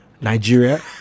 Nigeria